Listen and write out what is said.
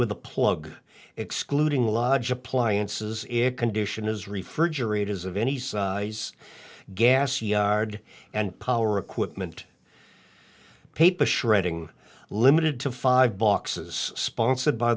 with a plug excluding lodge appliances air condition is refrigerators of any size gas yard and power equipment paper shredding limited to five boxes sponsored by